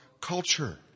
culture